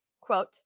quote